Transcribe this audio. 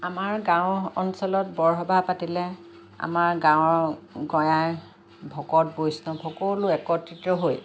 আমাৰ গাঁও অঞ্চলত বৰসবাহ পাতিলে আমাৰ গাঁৱৰ গঞাই ভকত বৈষ্ণৱ সকলো একত্ৰিত হৈ